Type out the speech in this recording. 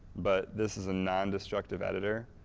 but this is a non-destructive editor,